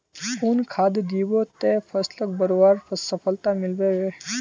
कुन खाद दिबो ते फसलोक बढ़वार सफलता मिलबे बे?